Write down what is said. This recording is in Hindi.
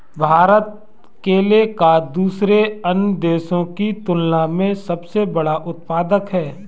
भारत केले का दूसरे अन्य देशों की तुलना में सबसे बड़ा उत्पादक है